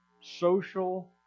social